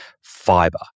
Fiber